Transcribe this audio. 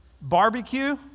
barbecue